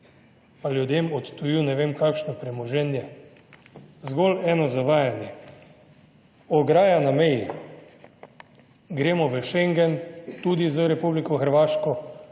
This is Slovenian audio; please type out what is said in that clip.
pa ljudem odtujil ne vem kakšno premoženje? Zgolj eno zavajanje. Ograja na meji. Gremo v Schengen tudi z Republiko Hrvaško